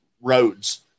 roads